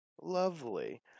Lovely